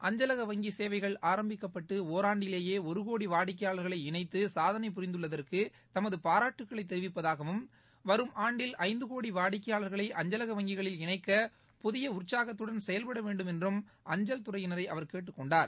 அஞ்சலக வங்கி சேவைகள் ஆரம்பிக்கப்பட்டு ஓராண்டிலேயே ஒரு கோடி வாடிக்கையாளர்களை இணைத்து சாதனை புரிந்துள்ளதற்கு தமது பாராட்டுக்களை தெரிவிப்பதாகவும் வரும் ஆண்டில் ஐந்து கோடி வாடிக்கையாளர்களை அஞ்சலக வங்கிகளில் இணைக்க புதிய உற்சாகத்துடன் செயல்பட வேண்டும் என்றும் அஞ்சல் துறையினரை அவர் கேட்டுக் கொண்டார்